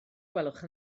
gwelwch